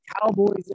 cowboys